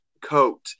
coat